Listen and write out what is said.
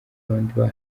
abandi